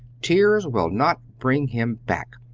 tears will not bring him back!